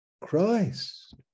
Christ